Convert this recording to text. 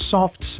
Soft